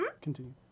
Continue